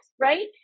right